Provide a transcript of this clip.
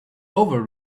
over